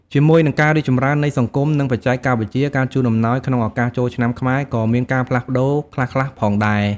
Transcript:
ជាមួយនឹងការរីកចម្រើននៃសង្គម និងបច្ចេកវិទ្យា ការជូនអំណោយក្នុងឱកាសចូលឆ្នាំខ្មែរក៏មានការផ្លាស់ប្តូរខ្លះៗផងដែរ។